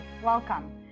Welcome